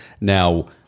Now